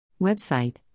Website